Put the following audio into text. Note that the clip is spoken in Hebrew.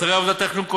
תוצרי עבודת התכנון,